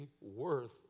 worth